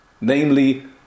namely